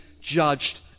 judged